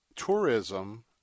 Tourism